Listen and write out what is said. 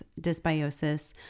dysbiosis